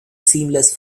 seamless